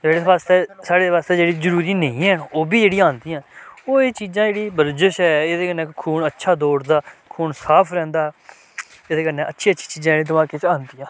जे साढ़े आस्तै जेह्ड़ी जरूरी नेईं हैन ओह् बी जेह्ड़ियां आंदियां ओह् एह् चीज़ां जेह्ड़ी बर्जश ऐ एह्दे कन्नै खून अच्छा दौड़दा खून साफ रैंह्दा एह्दे कन्नै अच्छी अच्छी चीजां जे दमागै च आंदियां